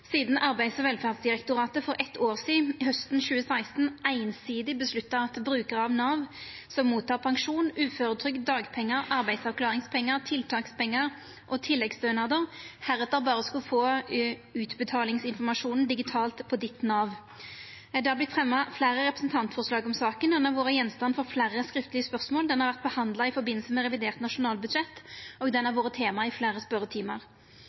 sidan Arbeids- og velferdsdirektoratet for eitt år sidan, hausten 2016, einsidig vedtok at brukarar av Nav som tek imot pensjon, uføretrygd, dagpengar, arbeidsavklaringspengar, tiltakspengar og tilleggsstønader, heretter berre skulle få utbetalingsinformasjonen digitalt på Ditt NAV. Det har vore fremja fleire representantforslag om saka, og ho har vore drøfta i fleire skriftlege spørsmål. Saka har òg vore behandla i samband med revidert nasjonalbudsjett, og ho har vore tema i fleire